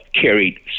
carried